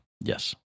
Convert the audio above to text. Yes